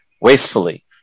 wastefully